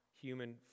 human